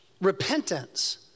Repentance